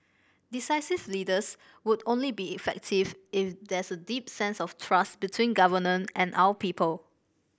decisive leaders would only be effective if there's a deep sense of trust between government and our people